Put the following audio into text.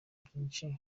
byinshi